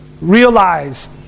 realize